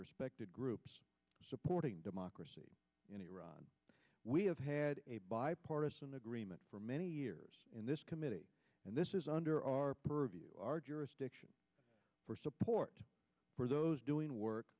respected groups supporting democracy in iran we have had a bipartisan agreement for many years in this committee and this is under our purview our jurisdiction for support for those doing work